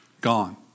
gone